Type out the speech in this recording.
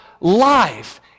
life